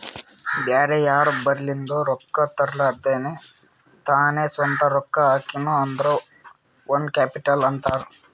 ಬ್ಯಾರೆ ಯಾರ್ ಬಲಿಂದ್ನು ರೊಕ್ಕಾ ತರ್ಲಾರ್ದೆ ತಾನೇ ಸ್ವಂತ ರೊಕ್ಕಾ ಹಾಕಿನು ಅಂದುರ್ ಓನ್ ಕ್ಯಾಪಿಟಲ್ ಅಂತಾರ್